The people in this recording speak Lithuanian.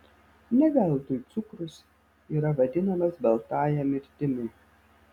ne veltui cukrus yra vadinamas baltąja mirtimi